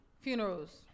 funerals